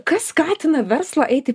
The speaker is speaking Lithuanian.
kas skatina verslą eiti